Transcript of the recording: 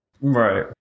Right